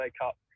Cup